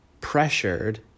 pressured